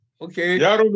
Okay